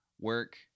Work